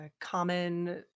common